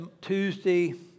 Tuesday